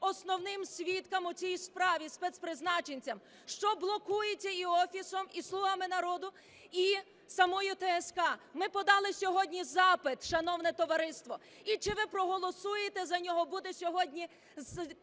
основним свідкам у цій справі, спецпризначенцям, що блокується і Офісом, і "слугами народу", і самою ТСК. Ми подали сьогодні запит, шановне товариство, і чи ви проголосуєте за нього, буде сьогодні